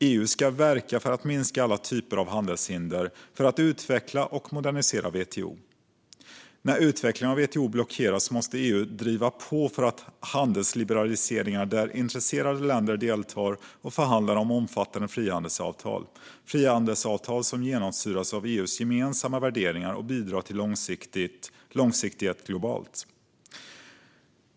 EU ska verka för att minska alla typer av handelshinder och för att utveckla och modernisera WTO. När utvecklingen av WTO blockeras måste EU driva på för handelsliberaliseringar där intresserade länder deltar och förhandlar om omfattande frihandelsavtal - frihandelsavtal som genomsyras av EU:s gemensamma värderingar och bidrar till långsiktighet globalt.